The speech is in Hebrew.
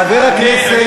חבר הכנסת.